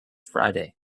friday